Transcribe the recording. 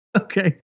Okay